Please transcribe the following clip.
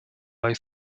bei